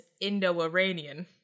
Indo-Iranian